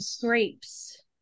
grapes